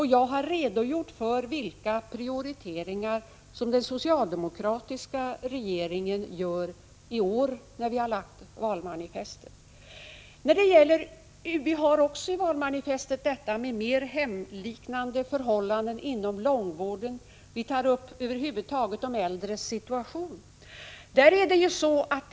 Jag har redogjort för vilka prioriteringar som den socialdemokratiska regeringen gör i år, och de framgår av valmanifestet. Vi har i valmanifestet ett avsnitt om att det bör skapas mer hemliknande förhållanden inom långvården, och vi tar upp de äldres situation över huvud taget.